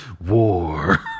war